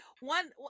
one